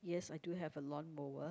yes I do have a lawn mower